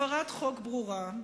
הפרת חוק ברורה,